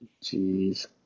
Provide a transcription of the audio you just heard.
Jeez